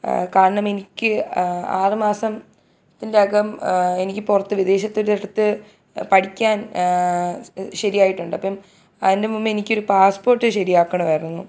കാരണമെനിക്ക് ആറ് മാസത്തിൻറ്റകം എനിക്ക് പുറത്ത് വിദേശത്തിൻറ്റടുത്ത് പഠിക്കാൻ ശരിയായിട്ടുണ്ട് അപ്പോള് അതിന് മുമ്പെനിക്കൊരു പാസ്സ്പോർട്ട് ശരിയാക്കണമായിരുന്നു